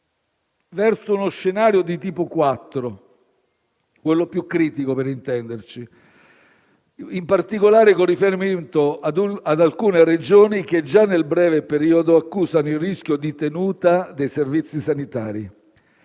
verso uno scenario di tipo 4 - quello più critico, per intenderci - in particolare con riferimento ad alcune Regioni, che già nel breve periodo accusano il rischio di tenuta dei servizi sanitari.